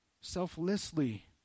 selflessly